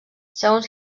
segons